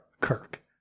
Kirk